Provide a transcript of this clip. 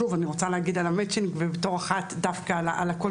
אני רוצה להגיד על המצ'ינג בתור אחת שדווקא בקול